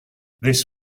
this